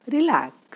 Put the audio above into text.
Relax